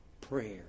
prayer